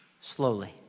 slowly